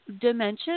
dimension